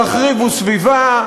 תכרתו עצים, תחריבו סביבה,